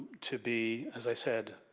to be, as i said,